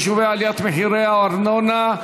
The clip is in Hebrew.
חישוב עליית מחירי הארנונה),